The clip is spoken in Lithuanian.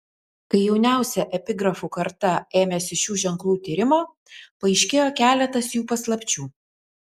kai jauniausia epigrafų karta ėmėsi šių ženklų tyrimo paaiškėjo keletas jų paslapčių